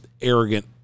arrogant